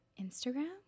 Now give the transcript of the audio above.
instagram